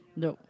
no